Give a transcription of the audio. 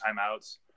timeouts